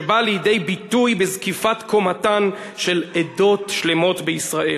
שבא לידי ביטוי בזקיפת קומתן של עדות שלמות בישראל